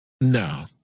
No